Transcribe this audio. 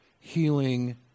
healing